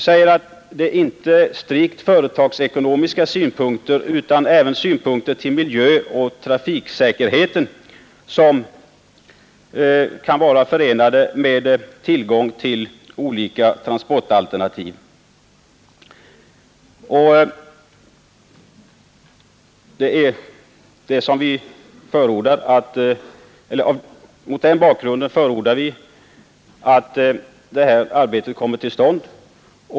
Det är inte bara strikt företagsekonomiska synpunkter utan även synpunkter på miljö och trafiksäkerhet som här förenas med tillgång till olika transportalternativ. Mot den bakgrunden förordar vi att detta arbete kommer till stånd.